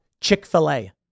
Chick-fil-A